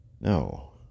No